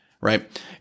Right